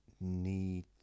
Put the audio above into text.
need